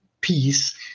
peace